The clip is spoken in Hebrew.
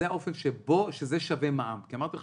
זה האופן שבו זה שווה מע"מ כי אמרתי לך